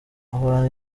ahorana